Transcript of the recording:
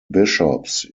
bishops